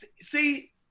see